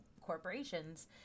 corporations